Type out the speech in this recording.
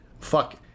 Fuck